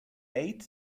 eight